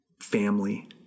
family